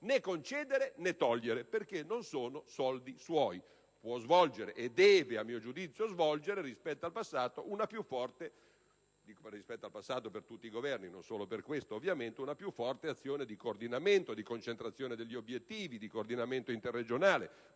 né concedere né togliere, perché non sono soldi suoi. Può - e deve, a mio giudizio - svolgere rispetto al passato (ciò vale per tutti i Governi, e non solo per questo ovviamente) una più forte azione di coordinamento, di concentrazione degli obiettivi, di coordinamento interregionale.